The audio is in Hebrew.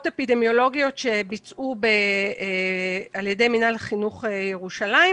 אפידמיולוגיות שבוצעו על-ידי מינהל החינוך בירושלים,